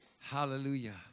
Hallelujah